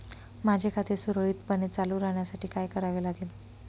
माझे खाते सुरळीतपणे चालू राहण्यासाठी काय करावे लागेल?